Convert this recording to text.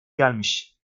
gelmiş